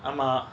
ஆமா:aama